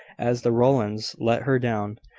as the rowlands let her down.